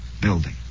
building